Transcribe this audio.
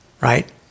right